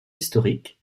historiques